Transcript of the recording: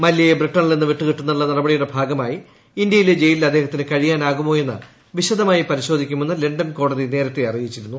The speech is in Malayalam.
മല്യയെ ബ്രിട്ടനിൽ നിന്നു വിട്ടുകിട്ടുന്നതിനുള്ള നടപടിയുടെ ഭാഗമായി ഇന്ത്യയിലെ ജയിലിൽ അദ്ദേഹത്തിന് കഴിയാനാകുമോയെന്നു വിശദമായി പരിശോധിക്കുമെന്ന് ലണ്ടൻ കോടതി നേരത്തേ അറിയിച്ചിരുന്നു